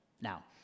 Now